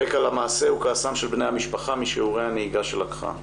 הרקע למעשה הוא כעסם של בני המשפחה משיעורי הנהיגה שלקחה.